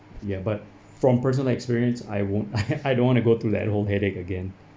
ya but from personal experience I won't I don't want to go through that whole headache again